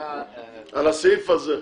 הסעיף הזה?